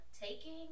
Taking